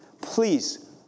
please